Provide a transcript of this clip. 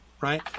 right